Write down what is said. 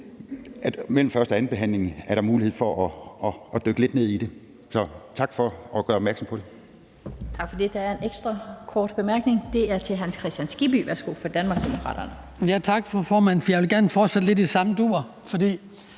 vi mellem første- og andenbehandlingen, hvor der er mulighed for det, skal dykke lidt ned i det. Så tak for at gøre opmærksom på det.